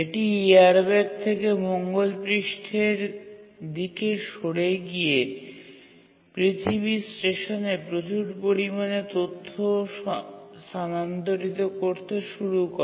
এটি এয়ারব্যাগ থেকে মঙ্গল গ্রহের পৃষ্ঠের দিকে সরে গিয়ে পৃথিবীর স্টেশনে প্রচুর পরিমাণে তথ্য স্থানান্তরিত করতে শুরু করে